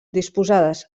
disposades